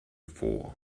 before